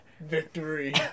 Victory